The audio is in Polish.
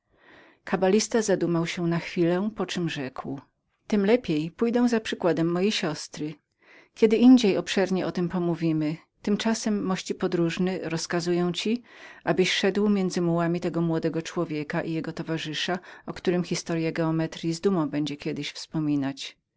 nademną kabalista zadumał się na chwilę po czem rzekł tem lepiej pójdę za przykładem mojej siostry kiedyindziej obszernie o tem pomówimy tymczasem mości podróżny rozkazuję ci abyś szedł między mułem tego młodego człowieka i jego towarzysza o którym historya geometryi z dumą kiedyś będzie wspominać